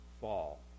fall